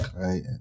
right